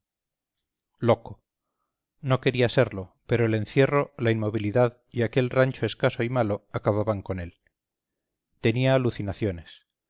loco no quería serlo pero el encierro la inmovilidad y aquel rancho escaso y malo acababan con él tenía alucinaciones